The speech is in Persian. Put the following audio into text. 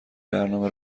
برنامه